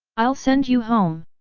i'll send you home!